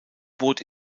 boot